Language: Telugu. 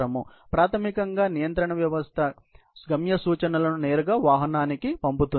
కాబట్టి ప్రాథమికంగా నియంత్రణ వ్యవస్థ గమ్య సూచనలను నేరుగా వాహనానికి పంపుతుంది